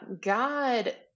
God